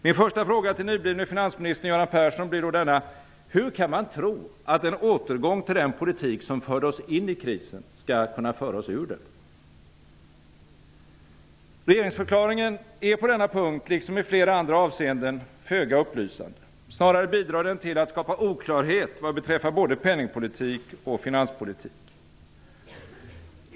Min första fråga till nyblivne finansministern Göran Persson blir då denna: Hur kan man tro att en återgång till den politik som förde oss in i krisen skall kunna föra oss ur den? Regeringsförklaringen är på denna punkt liksom i flera andra avseenden föga upplysande. Snarare bidrar den till att skapa oklarhet vad beträffar både penningpolitik och finanspolitik.